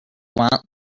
want